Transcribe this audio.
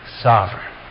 sovereign